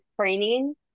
training